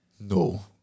No